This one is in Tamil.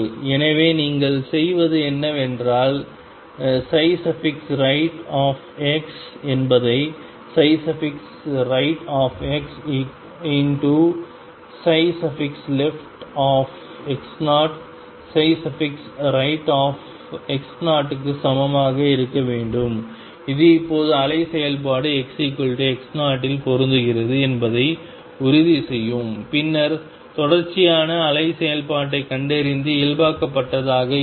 எனவே நீங்கள் செய்வது என்னவென்றால் rightnew என்பதை rightxleftnewx0rightnewx0 க்கு சமமாக இருக்க வேண்டும் இது இப்போது அலை செயல்பாடு xx0 இல் பொருந்துகிறது என்பதை உறுதி செய்யும் பின்னர் தொடர்ச்சியான அலை செயல்பாட்டைக் கண்டறிந்து இயல்பாக்கப்பட்டதாக இருக்கும்